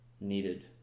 needed